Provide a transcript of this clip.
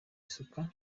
isuka